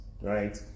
right